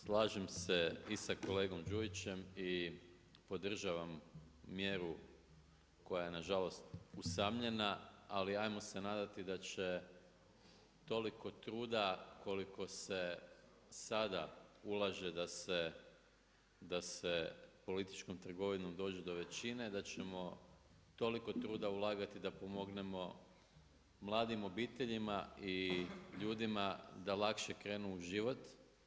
Slažem se i sa kolegom Đujićem i podržavam mjeru koja je na žalost usamljena, ali ajmo se nadati da će toliko truda, koliko se sada ulaže da se političkom trgovinom dođe do većine, da ćemo toliko truda ulagati da pomognemo mladim obiteljima i ljudima da lakše krenu u život.